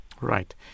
Right